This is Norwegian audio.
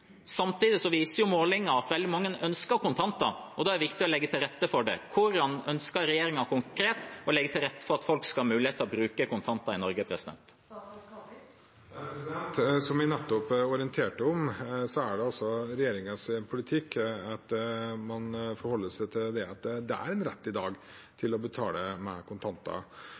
Samtidig viser målinger at veldig mange ønsker kontanter, og da er det viktig å legge til rette for det. Hvordan ønsker regjeringen konkret å legge til rette for at folk skal ha mulighet til å bruke kontanter i Norge? Som jeg nettopp orienterte om, er regjeringens politikk at man forholder seg til at det er en rett i dag til å betale med kontanter.